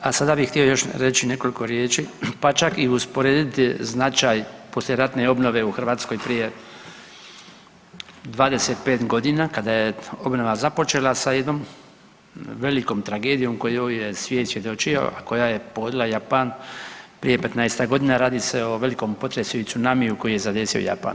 A sada bih htio reći još nekoliko riječi pa čak i usporediti značaj poslijeratne obnove u Hrvatskoj prije 25 godina kada je obnova započela sa jednom velikom tragedijom kojoj je svijet svjedočio, a koja je pogodila Japan prije petnaestak godina, radi se o velikom potresu i cunamiju koji je zadesio Japan.